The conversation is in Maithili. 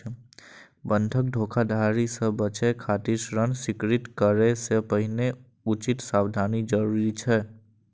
बंधक धोखाधड़ी सं बचय खातिर ऋण स्वीकृत करै सं पहिने उचित सावधानी जरूरी छै